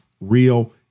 real